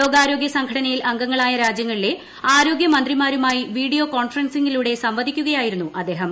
ലോകാരോഗ്യ സംഘടനയിൽ അംഗങ്ങളായും രാജ്യങ്ങളിലെ ആരോഗ്യമന്ത്രിമാരുമായി വീഡിയോ കോൾഫ്റ്റസിങ്ങിലൂടെ സംവദിക്കുകയായിരുന്നു അദ്ദേഹം